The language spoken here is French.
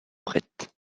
prête